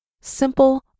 simple